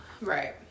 Right